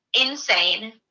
insane